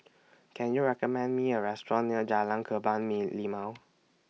Can YOU recommend Me A Restaurant near Jalan Kebun Me Limau